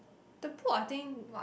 the book I think